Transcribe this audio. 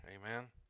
amen